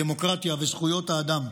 הדמוקרטיה וזכויות האדם.